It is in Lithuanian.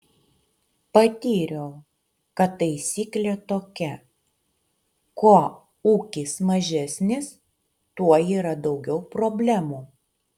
patyriau kad taisyklė tokia kuo ūkis mažesnis tuo yra daugiau problemų